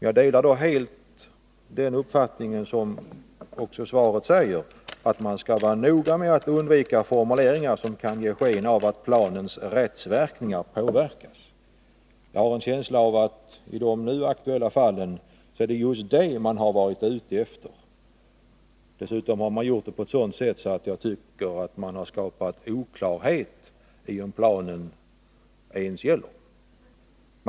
Jag delar helt den uppfattning som kommer fram i svaret, att man skall vara noga med att undvika formuleringar som kan ge sken av att planens rättsverkningar påverkas. Jag har en känsla av att länsstyrelsen i de aktuella fallen försökt göra tvärtom. Dessutom har man gjort det på ett sådant sätt att jag tycker att det har skapats oklarhet om huruvida planen gäller — och för vad.